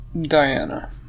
Diana